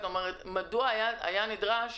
מדוע היה נדרש